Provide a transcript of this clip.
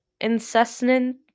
incessant